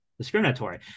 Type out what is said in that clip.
discriminatory